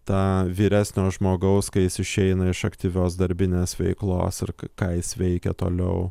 tą vyresnio žmogaus kai jis išeina iš aktyvios darbinės veiklos ir ką jis veikia toliau